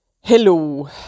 Hello